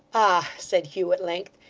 ah said hugh at length,